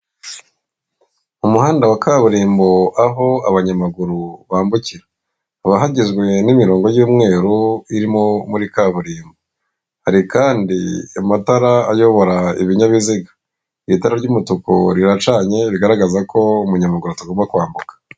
Umuhanda wa kaburimbo aho abanyamaguru bambukira. Haba hagizwe n'imirongo y'umweru irimo muri kaburimbo. Hari kandi amatara ayobora ibinyabiziga. Itara ry'umutuku riracanye bigaragaza ko umunyamaguru atagomba kwambuka.